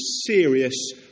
serious